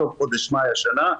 בסוף חודש מאי השנה,